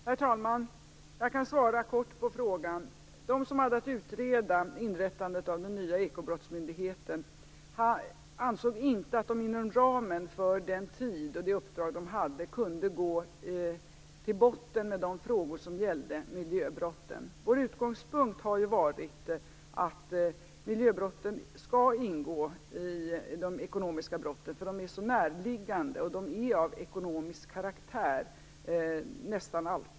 Herr talman! Jag kan svara kort på frågan. De som haft att utreda inrättandet av den nya ekobrottsmyndigheten ansåg inte att de inom ramen för den tid och det uppdrag de hade kunde gå till botten med de frågor som gällde miljöbrotten. Vår utgångspunkt har varit att miljöbrotten skall ingå i de ekonomiska brotten för de är så närliggande och nästan alltid av ekonomisk karaktär.